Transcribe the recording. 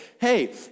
hey